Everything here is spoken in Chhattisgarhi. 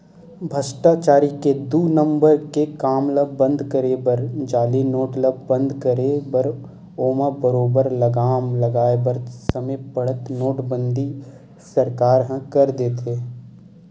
भस्टाचारी के दू नंबर के काम ल बंद करे बर जाली नोट ल बंद करे बर ओमा बरोबर लगाम लगाय बर समे पड़त नोटबंदी सरकार ह कर देथे